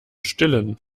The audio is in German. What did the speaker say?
stillen